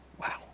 Wow